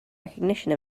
recognition